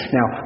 Now